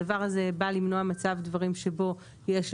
הדבר הזה בא למנוע מצב דברים שבו יש,